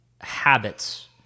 habits